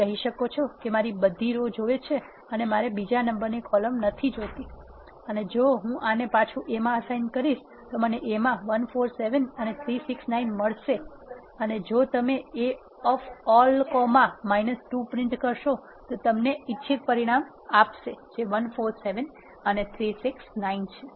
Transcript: તમે કહી શકો છો કે મારે બધી રો જોવે છે અને મારે બીજા નંબરની કોલમ નથી જોઇતી અને જો હું આને પાછું A માં એસાઇન કરીશ તો મને A માં 1 4 7 અને 3 6 9 મળશે અને જો તમે A of all comma 2 print કરશો તો તે તમને ઇચ્છિત પરિણામ આપશે જે 1 4 7 અને 3 6 9 છે